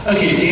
Okay